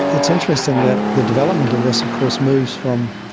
it's interesting that the development of this of course moves from,